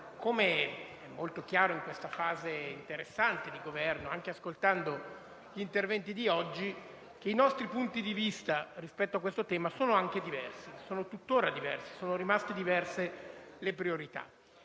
come è molto chiaro in questa fase interessante di Governo - anche ascoltando gli interventi di oggi, che i nostri punti di vista rispetto a questo tema sono tuttora diversi e sono rimaste diverse le priorità.